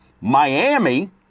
Miami